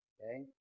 Okay